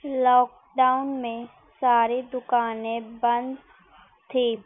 lock down میں ساری دکانیں بند تھیں